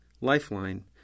Lifeline